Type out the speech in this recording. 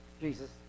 Jesus